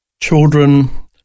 children